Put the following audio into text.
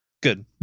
Good